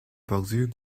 bordure